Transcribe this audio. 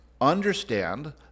understand